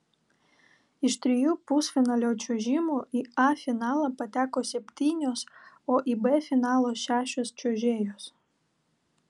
iš trijų pusfinalio čiuožimų į a finalą pateko septynios o į b finalą šešios čiuožėjos